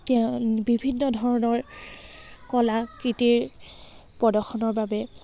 তে বিভিন্ন ধৰণৰ কলাকৃতিৰ প্ৰদৰ্শনৰ বাবে